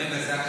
רגע, זה הכשר?